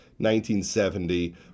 1970